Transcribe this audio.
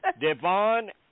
Devon